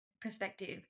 perspective